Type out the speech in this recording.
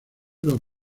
los